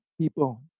people